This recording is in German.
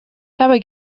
dabei